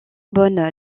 bonne